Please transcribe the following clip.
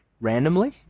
randomly